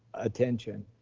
attention.